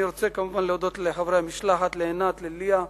אני רוצה כמובן להודות לחברי המשלחת, לעינת, לליה,